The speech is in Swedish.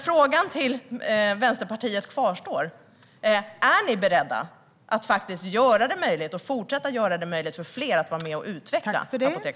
Frågan till Vänsterpartiet kvarstår: Är ni beredda att göra det möjligt - och att fortsätta att göra det möjligt - för fler att vara med och utveckla apoteksmarknaden?